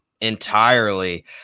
entirely